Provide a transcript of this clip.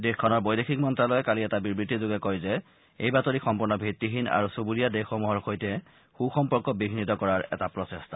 দেশখনৰ বৈদেশিক মন্ত্যালয়ে কালি এটা বিবৃতি যোগে কয় যে এই বাতৰি সম্পূৰ্ণ ভিত্তিহীন আৰু চুবুৰীয়া দেশসমূহৰ সৈতে সু সম্পৰ্ক বিঘ্নিত কৰাৰ এটা প্ৰচেষ্টা